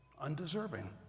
undeserving